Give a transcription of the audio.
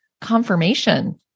confirmation